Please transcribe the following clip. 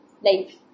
life